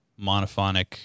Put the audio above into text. monophonic